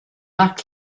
mark